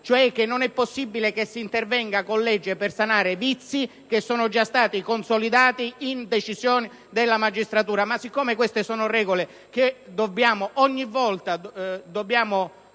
non è possibile che si intervenga con legge per sanare vizi che sono già stati consolidati in decisioni della magistratura. Ma siccome queste sono regole che dobbiamo